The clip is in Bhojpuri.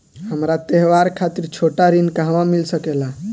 हमरा त्योहार खातिर छोटा ऋण कहवा मिल सकेला?